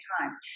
time